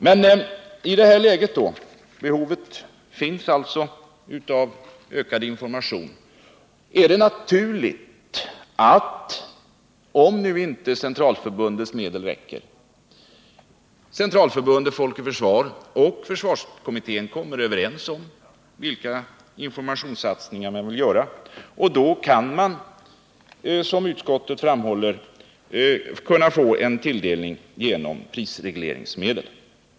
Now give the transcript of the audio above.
Men i det här läget — ett behov av ökad information finns alltså — är det naturligt att Centralförbundet Folk och försvar och försvarskommittén kommer överens om vilka informationssatsningar man vill göra, om nu inte centralförbundets medel räcker, och då kan man som utskottet framhåller få en tilldelning genom prisregleringsmedel.